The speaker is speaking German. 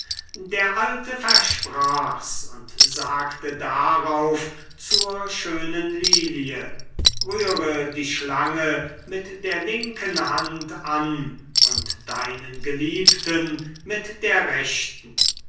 der alte versprach's und sagte darauf zur schönen lilie rühre die schlange mit der linken hand an und deinen geliebten mit der rechten